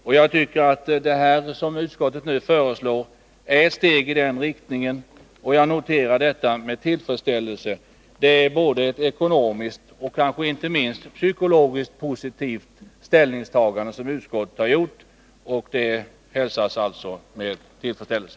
Jag tycker att det som utskottet nu föreslår är ett steg i den riktningen, och jag noterar detta med tillfredsställelse. Det är ett ekonomiskt och inte minst ett psykologiskt positivt ställningstagande som utskottet har gjort, och det hälsas alltså med tillfredsställelse.